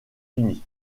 unis